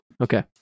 Okay